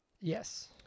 Yes